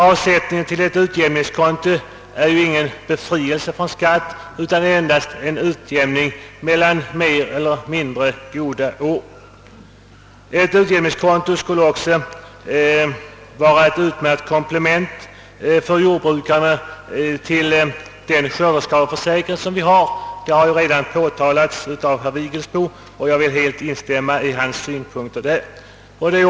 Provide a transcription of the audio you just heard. Avsättning till ett sådant utjämningskonto medför ingen befrielse från skatt, utan ger endast en utjämning mellan mer eller mindre goda år. Ett utjämningskonto skulle också för jordbrukarna vara ett utmärkt komplement till skördeskadeförsäkring. Detta har redan påtalats av herr Vigelsbo, och jag vill helt instämma i hans synpunkter därvidlag.